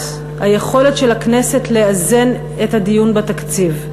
היכולת של הכנסת לאזן את הדיון בתקציב.